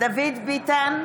דוד ביטן,